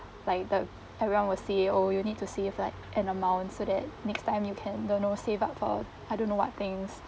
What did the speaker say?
like the everyone will say oh you need to save like an amount so that next time you can don't know save up for I don't know what things